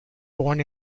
born